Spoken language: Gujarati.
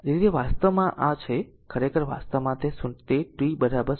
તેથી તે વાસ્તવમાં આ છે ખરેખર વાસ્તવમાં તે t 0